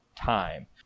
time